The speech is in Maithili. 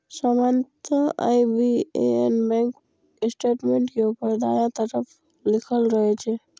सामान्यतः आई.बी.ए.एन बैंक स्टेटमेंट के ऊपर दायां तरफ लिखल रहै छै